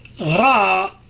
Ra